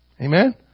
Amen